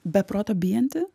be proto bijanti